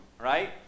right